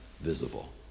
visible